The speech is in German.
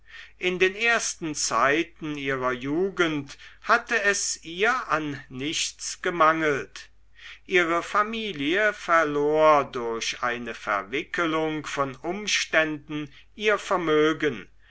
in den ersten zeiten ihrer jugend hatte es ihr an nichts gemangelt ihre familie verlor durch eine verwickelung von umständen ihr vermögen